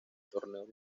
torneos